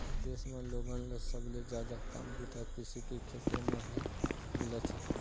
देश म लोगन ल सबले जादा काम बूता कृषि के छेत्र म ही मिलत हे